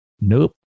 Nope